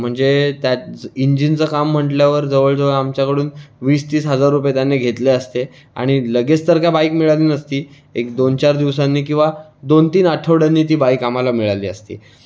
म्हणजे त्या इंजिनचं काम म्हटल्यावर जवळ जवळ आमच्याकडून वीस तीस हजार रुपये त्याने घेतले असते आणि लगेच तर काय बाईक मिळाली नसती एक दोन चार दिवसांनी किंवा दोन तीन आठवडयांनी ती बाईक आम्हाला मिळाली असती